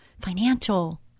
financial